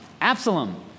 Absalom